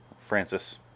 Francis